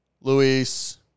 Luis